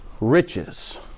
riches